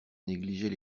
négligeait